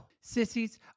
Sissies